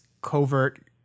covert